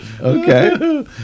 okay